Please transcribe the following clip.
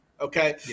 Okay